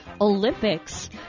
Olympics